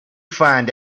find